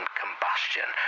combustion